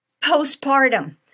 postpartum